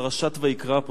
פרשת ויקרא,